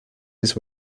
his